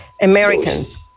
Americans